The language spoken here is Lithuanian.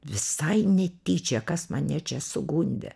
visai netyčia kas mane čia sugundė